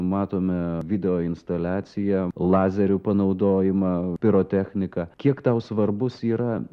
matome video instaliaciją lazerių panaudojimą pirotechniką kiek tau svarbus yra